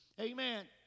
Amen